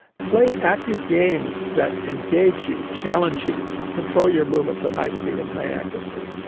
play active games that engage you, challenge you to control your movements at high speed and high accuracy.